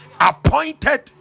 appointed